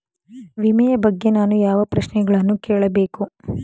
ವಿಮೆಯ ಬಗ್ಗೆ ನಾನು ಯಾವ ಪ್ರಶ್ನೆಗಳನ್ನು ಕೇಳಬೇಕು?